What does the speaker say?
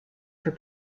for